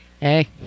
hey